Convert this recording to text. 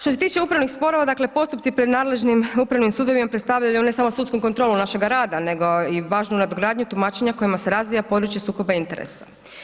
Što se tiče upravnih sporova, dakle postupci pred nadležnim upravnim sudovima predstavljaju ne samo sudsku kontrolu našega rada nego i važnu nadogradnju tumačenja kojima se razvija područje sukoba interesa.